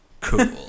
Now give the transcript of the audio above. Cool